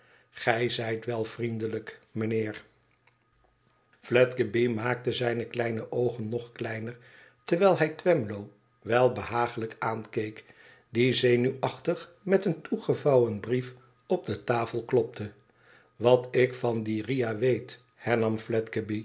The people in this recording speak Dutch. gij zijt wel vriendelijk mijnheer fledgeby maakte zijne kleine oogen nog kleiner terwijl hij twemlow welbehaaglijk aankeek die zenuwachtig met een toegevouwen brief op de tafel klopte wat ik van dien riah weet